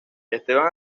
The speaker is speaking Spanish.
esteban